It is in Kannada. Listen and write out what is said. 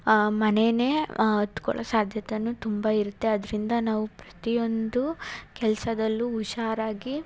ಆ ಮನೆನೇ ಹತ್ಕೊಳೋ ಸಾಧ್ಯತೆಯೂ ತುಂಬ ಇರುತ್ತೆ ಅದರಿಂದ ನಾವು ಪ್ರತಿಯೊಂದು ಕೆಲಸದಲ್ಲು ಹುಷಾರಾಗಿ